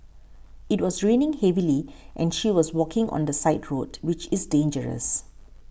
it was raining heavily and she was walking on the side road which is dangerous